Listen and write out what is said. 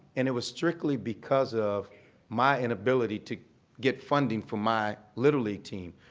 and it was strictly because of my inability to get funding for my little league team.